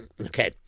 Okay